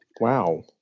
Wow